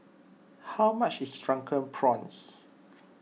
how much is Drunken Prawns